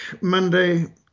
Monday